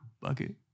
bucket